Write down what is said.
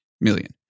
million